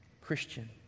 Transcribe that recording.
Christian